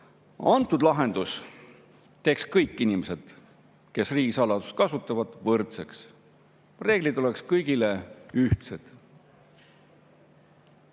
[pakutud] lahendus teeks kõik inimesed, kes riigisaladust kasutavad, võrdseks, reeglid oleks kõigile ühtsed.